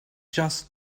just